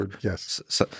yes